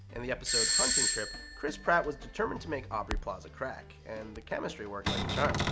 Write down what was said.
in the episode hunting trip, chris pratt was determined to make aubrey plaza crack, and the chemistry worked like a charm.